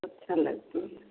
अच्छा लगती